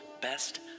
best